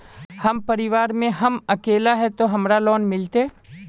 हम परिवार में हम अकेले है ते हमरा लोन मिलते?